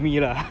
ah